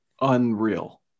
unreal